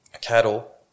cattle